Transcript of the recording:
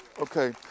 Okay